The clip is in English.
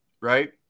Right